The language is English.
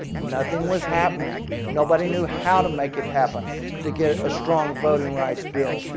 nothing was happening. nobody knew how to make it happen to get a strong voting rights bill.